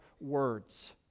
words